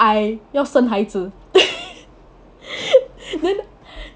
I 要生孩子 then